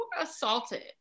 assaulted